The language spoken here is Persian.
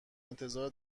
انتظار